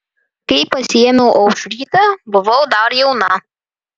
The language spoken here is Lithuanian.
kai pasiėmiau aušrytę buvau dar jauna